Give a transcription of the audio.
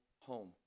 home